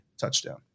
touchdown